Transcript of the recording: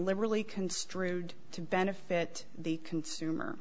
liberally construed to benefit the consumer